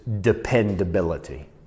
dependability